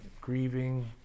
grieving